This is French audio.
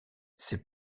ses